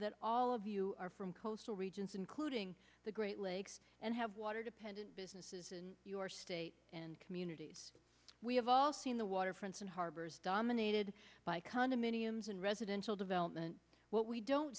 that all of you are from coastal regions including the great lakes and have water dependent businesses in your state and communities we have all seen the waterfront and harbors dominated by condominiums and residential development what we don't